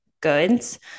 goods